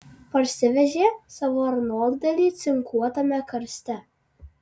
parsivežė savo arnoldėlį cinkuotame karste